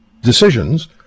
decisions